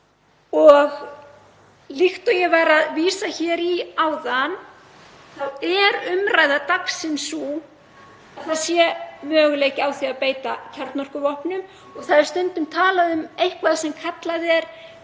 Líkt og ég var að vísa í hér áðan þá er umræða dagsins sú að möguleiki sé á því að beita kjarnorkuvopnum. Það er stundum talað um eitthvað sem kallað er